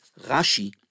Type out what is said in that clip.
Rashi